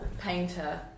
painter